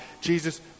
Jesus